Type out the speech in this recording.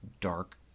dark